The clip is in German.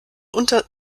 unter